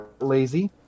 lazy